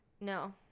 No